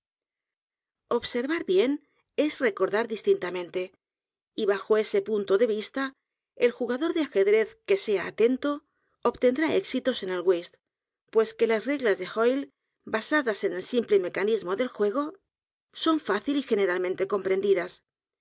observar bien es recordar distintamente y bajo ese punto de vista el jugador de ajedrez que sea atento obtendrá éxitos en el w h i s t pues que las reglas de hoyle basadas en el simple mecanismo del juego edgar poe novelas y cuentos son fácil y generalmente comprendidas